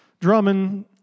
Drummond